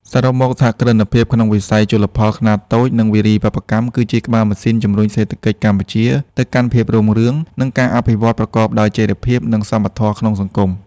សរុបមក សហគ្រិនភាពក្នុងវិស័យជលផលខ្នាតតូច និងវារីវប្បកម្ម គឺជាក្បាលម៉ាស៊ីនជំរុញសេដ្ឋកិច្ចកម្ពុជាទៅកាន់ភាពរុងរឿង និងការអភិវឌ្ឍប្រកបដោយចីរភាព និងសមធម៌ក្នុងសង្គម។